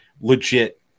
legit